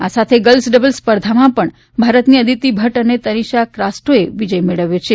આ સાથે girls doubles સ્પર્ધામાં પણ ભારતની અદિતી ભદ્દ અને તનિષા ક્રાસ્ટોએ વિજય મેળવ્યો છે